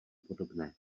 podobné